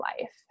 life